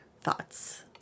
thoughts